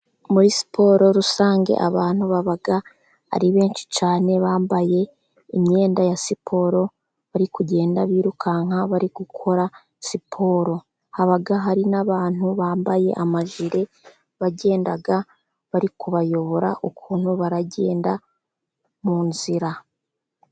Muri siporo rusange abantu baba ari benshi cyane bambaye imyenda ya siporo bari kugenda birukanka bari gukora siporo, haba hari n'abantu bambaye amajire bagenda bari kubayobora ukuntu baragenda mu nzira.